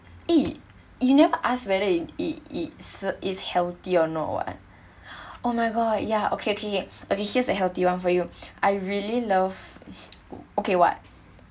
eh you never asked whether it's it's is is healthy or not what oh my god ya okay okay K K uh here's the healthier [one] for you I really love okay what